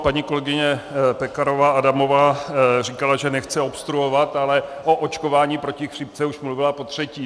Paní kolegyně Pekarová Adamová říkala, že nechce obstruovat, ale o očkování proti chřipce už mluvila dneska potřetí.